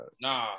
Nah